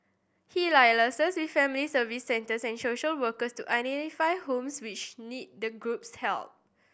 he liaises with family Service Centres and social workers to identify homes which need the group's help